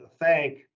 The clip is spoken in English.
thank